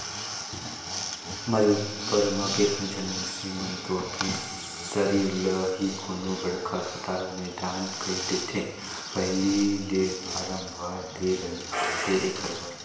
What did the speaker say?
मरे उपर म केतनो झन मइनसे मन तो अपन सरीर ल ही कोनो बड़खा असपताल में दान कइर देथे पहिली ले फारम भर दे रहिथे एखर बर